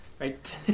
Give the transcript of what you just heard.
right